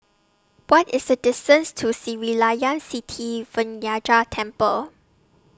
What IS The distance to Sri Layan Sithi Vinayagar Temple